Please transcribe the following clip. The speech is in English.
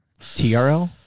TRL